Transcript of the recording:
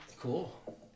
Cool